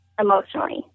emotionally